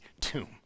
tomb